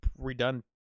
redone